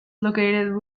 located